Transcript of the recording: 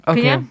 Okay